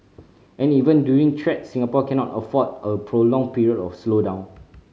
and even during threats Singapore cannot afford a prolonged period of slowdown